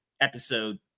episode